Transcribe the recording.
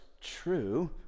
true